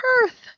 Perth